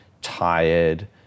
tired